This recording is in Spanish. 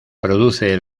produce